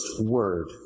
word